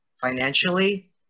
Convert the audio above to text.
financially